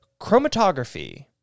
chromatography